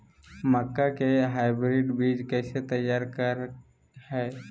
मक्का के हाइब्रिड बीज कैसे तैयार करय हैय?